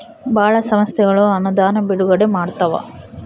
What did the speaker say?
ಭಾಳ ಸಂಸ್ಥೆಗಳು ಅನುದಾನ ಬಿಡುಗಡೆ ಮಾಡ್ತವ